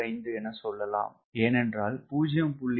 0985 என சொல்லலாம் ஏன் என்றால் 0